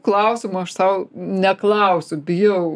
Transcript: klausimų aš sau neklausiu bijau